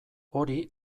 hori